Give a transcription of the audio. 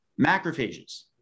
macrophages